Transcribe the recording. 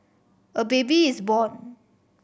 a baby is born